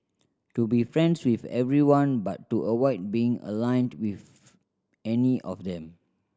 to be friends with everyone but to avoid being aligned with any of them